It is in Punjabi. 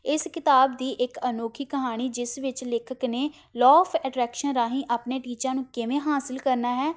ਇਸ ਕਿਤਾਬ ਦੀ ਇੱਕ ਅਨੋਖੀ ਕਹਾਣੀ ਜਿਸ ਵਿੱਚ ਲੇਖਕ ਨੇ ਲੋਅ ਔਫ ਅਟਰੈਕਸ਼ਨ ਰਾਹੀਂ ਆਪਣੇ ਟੀਚਿਆਂ ਨੂੰ ਕਿਵੇਂ ਹਾਸਿਲ ਕਰਨਾ ਹੈ